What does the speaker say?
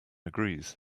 agrees